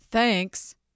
Thanks